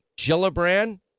Gillibrand